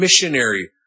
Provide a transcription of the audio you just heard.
missionary